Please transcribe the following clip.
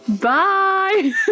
Bye